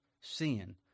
Sin